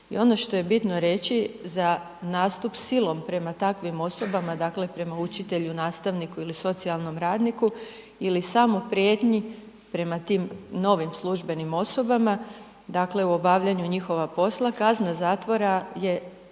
i ono što je bitno reći za nastupom silom prema takvim osobama, dakle prema učitelju, nastavniku ili socijalnom radniku ili samo prijetnji prema tim novim službenim osobama, dakle u obavljanju njihova posla, kazna zatvora je